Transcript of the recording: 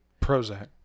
Prozac